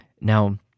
Now